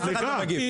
אף אחד לא מגיב.